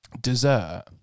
dessert